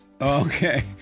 Okay